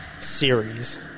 series